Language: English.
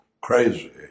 crazy